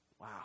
Wow